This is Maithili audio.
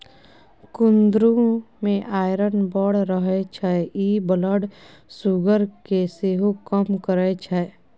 कुंदरु मे आइरन बड़ रहय छै इ ब्लड सुगर केँ सेहो कम करय छै